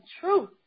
truth